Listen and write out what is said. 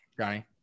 Johnny